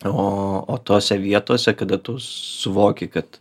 o o tose vietose kada tu suvoki kad